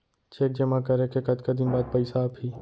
Cheque जेमा करें के कतका दिन बाद पइसा आप ही?